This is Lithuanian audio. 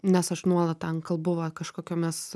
nes aš nuolat ten kalbu va kažkokiomis